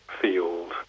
field